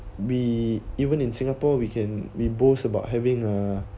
be even in singapore we can we boast about having uh